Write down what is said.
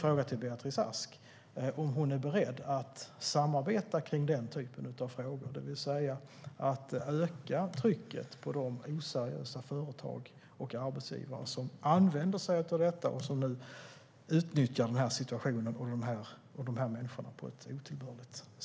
Är Beatrice Ask beredd att samarbeta i denna fråga, det vill säga att öka trycket på de oseriösa företag och arbetsgivare som använder sig av sådan arbetskraft och utnyttjar denna situation och dessa människor på ett otillbörligt sätt?